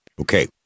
Okay